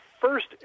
first